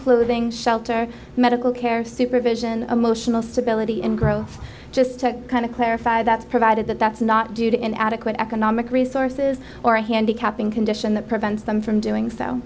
clothing shelter medical care supervision emotional stability and growth just to kind of clarify that's provided that that's not due to inadequate economic resources or a handicapping condition that prevents them from doing so